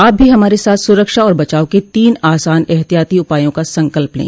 आप भी हमारे साथ सुरक्षा और बचाव के तीन आसान एहतियाती उपायों का संकल्प लें